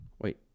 Wait